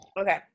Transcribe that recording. Okay